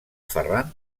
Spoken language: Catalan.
ferran